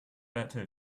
better